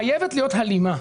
חייבת להיות הלימה,